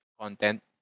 content